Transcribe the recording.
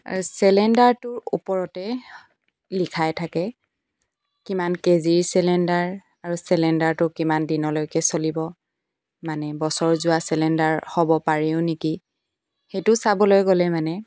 আৰু চিলিণ্ডাৰটোৰ ওপৰতে লিখাই থাকে কিমান কেজিৰ চিলিণ্ডাৰ আৰু চিলিণ্ডাৰটো কিমান দিনলৈকে চলিব মানে বছৰ যোৱা চিলিণ্ডাৰ হ'ব পাৰেও নেকি সেইটো চাবলৈ গ'লে মানে